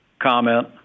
comment